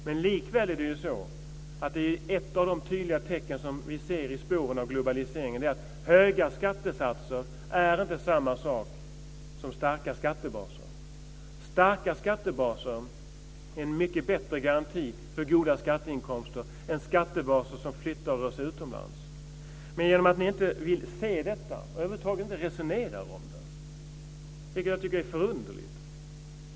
Men likväl är det så att ett av de tydliga tecken som vi ser i spåren av globaliseringen är att höga skattesatser inte är samma sak som starka skattebaser. Starka skattebaser är en mycket bättre garanti för goda skatteinkomster än skattebaser som flyttar och rör sig utomlands. Ni vill inte se detta. Ni resonerar över huvud taget inte om det, och det tycker jag är förunderligt.